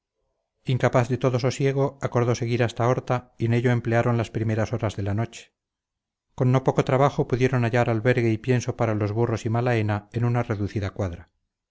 incapaz de todo sosiego acordó seguir hasta horta y en ello emplearon las primeras horas de la noche con no poco trabajo pudieron hallar albergue y pienso para los burros y malaena en una reducida cuadra